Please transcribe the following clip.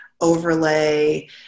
overlay